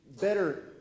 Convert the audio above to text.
better